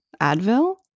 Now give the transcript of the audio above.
Advil